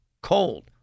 cold